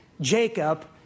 Jacob